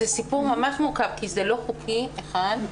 זה סיפור ממש מורכב כי זה לא חוקי, אחת.